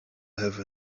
have